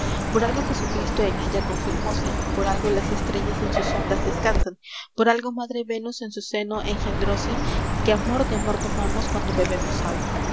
por algo jesucristo en ella confirmóse por algo las estrellas l i b r o d e p o e m a s en su ondas descansan por algo madre venus en su seno engendróse que amor de amor tomamos cuando bebemos agua